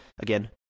Again